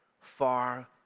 far